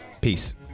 peace